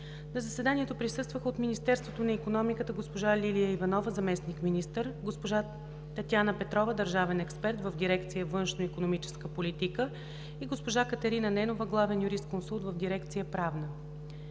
На заседанието присъстваха: от Министерството на икономиката госпожа Лилия Иванова – заместник-министър, госпожа Татяна Петрова – държавен експерт в дирекция „Външноикономическа политика“, и госпожа Катерина Ненова – главен юрисконсулт в дирекция „Правна“.